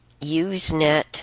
Usenet